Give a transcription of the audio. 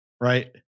Right